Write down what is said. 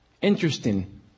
interesting